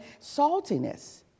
saltiness